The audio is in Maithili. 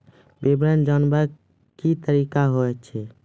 विवरण जानवाक की तरीका अछि?